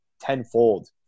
tenfold